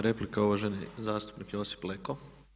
Replika uvaženi zastupnik Josip Leko.